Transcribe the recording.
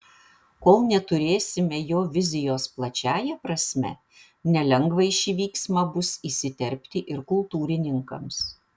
kol neturėsime jo vizijos plačiąja prasme nelengva į šį vyksmą bus įsiterpti ir kultūrininkams